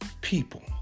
people